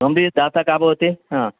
complaint दाता का भवति ह